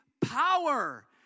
power